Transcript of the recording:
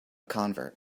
convert